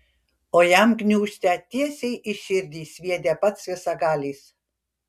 o jam gniūžtę tiesiai į širdį sviedė pats visagalis